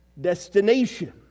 destination